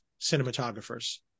cinematographers